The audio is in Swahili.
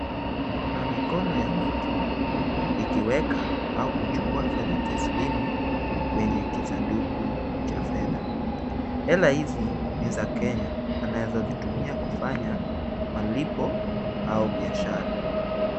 Kuna mikono ya mtu ikiweka au kuchukua fedha taslimu, kwenye kisanduku cha fedha. Hela hizi ni za kenya, anawezazitumia kufanya malipo au biashara.